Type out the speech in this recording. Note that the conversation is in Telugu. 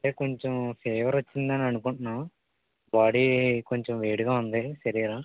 అంటే కొంచెం ఫీవర్ వచ్చిందని అనుకుంటున్నాం బాడీ కొంచెం వేడిగా ఉంది శరీరం